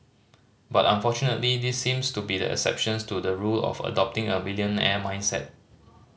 but unfortunately these seem to be the exceptions to the rule of adopting a millionaire mindset